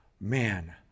man